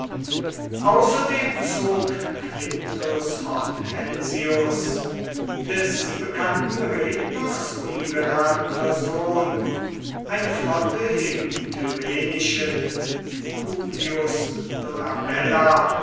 außerdem zog quintus hortensius des bekannten redners ungeratener sohn eine flotte im tyrrhenischen publius dolabella